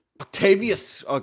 octavius